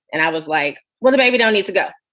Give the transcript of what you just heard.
and i was like, well, the baby don't need to go.